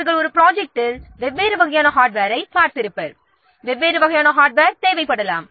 அவர்கள் ஒரு ப்ரொஜெக்டில் வெவ்வேறு வகையான ஹார்ட்வேரை பார்த்திருப்பர் வெவ்வேறு வகையான ஹார்ட்வேர் தேவைப்படலாம்